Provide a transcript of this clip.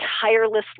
tirelessly